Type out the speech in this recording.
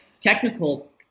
technical